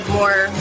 more